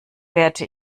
werte